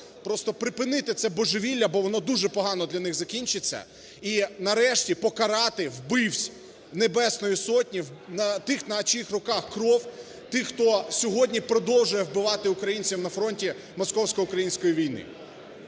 просто припинити це божевілля, бо воно дуже погано для них закінчиться і нарешті покарати вбивць Небесної Сотні, тих, на чиїх руках кров, тих, хто сьогодні продовжує вбивати українців на фронті московсько-української війни.